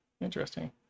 interesting